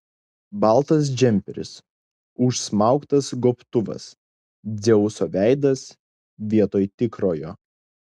baltas džemperis užsmauktas gobtuvas dzeuso veidas vietoj tikrojo